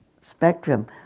spectrum